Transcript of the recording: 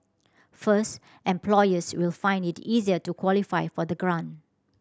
first employers will find it easier to qualify for the grant